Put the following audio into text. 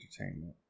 entertainment